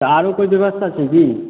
तऽ आरो कोइ व्यवस्था छै की